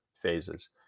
phases